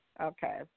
Okay